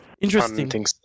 Interesting